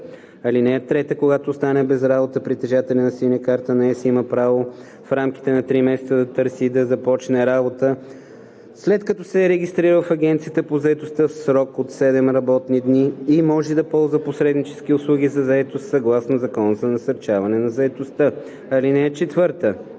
чл. 33к. (3) Когато остане без работа, притежателят на „Синя карта на ЕС“ има право в рамките на три месеца да търси и да започне работа, след като се е регистрирал в Агенцията по заетостта в срок от 7 работни дни и може да ползва посреднически услуги за заетост съгласно Закона за насърчаване на заетостта. (4) Периодът